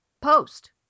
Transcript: post